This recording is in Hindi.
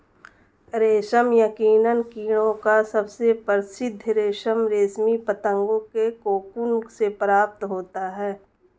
रेशम यकीनन कीड़ों का सबसे प्रसिद्ध रेशम रेशमी पतंगों के कोकून से प्राप्त होता है